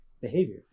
behavior